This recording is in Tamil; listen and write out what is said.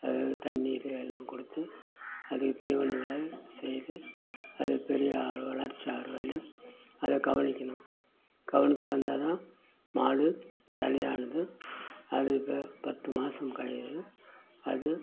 தண்ணீர் எல்லாம் கொடுத்து அது தீவனங்களை செய்து அது பெரிய ஒரு வளர்ச்சி ஆகிற வர்யும் அதை கவனிக்கணும் கவனித்து வந்தால் தான் மாடு சினையானது அது இப்போ பத்து மாதம் அது